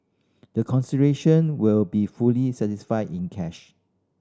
the consideration will be fully satisfied in cash